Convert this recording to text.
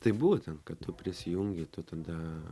tai būtent kad tu prisijungi tu tada